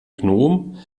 gnom